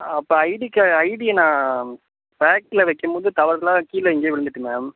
அப்போ ஐடி க ஐடியை நான் பேகில் வைக்கிம்போது தவறுதலாக கீழே எங்கேயோ விழுந்துட்டு மேம்